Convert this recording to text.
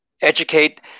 educate